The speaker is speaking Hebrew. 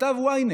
כתב ynet